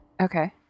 Okay